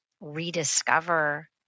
rediscover